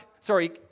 sorry